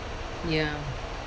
ya